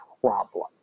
problem